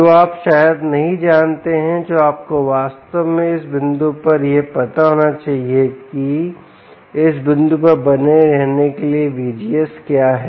जो आप शायद नहीं जानते हैं जो आपको वास्तव में इस बिंदु पर यह पता होना चाहिए कि इस बिंदु पर बने रहने के लिए V GS क्या है